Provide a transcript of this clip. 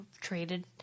traded